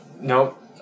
nope